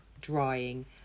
drying